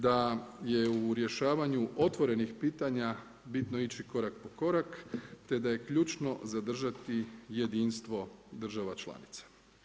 Da je u rješavanju otvorenih pitanja bitno ići korak po korak te da je ključno zadržati jedinstvo država članica.